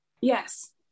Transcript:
Yes